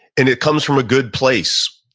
and it comes from a good place.